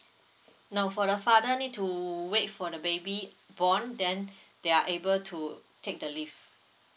no for the father need to wait for the baby born then they are able to take the leave